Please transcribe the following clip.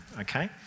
okay